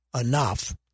enough